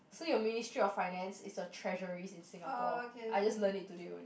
so your Ministry of Finance is your treasury in Singapore I just learned it today only